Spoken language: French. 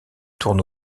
tourne